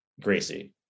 Gracie